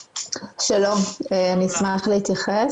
שלום, אני אשמח להתייחס.